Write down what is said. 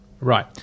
Right